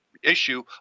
issue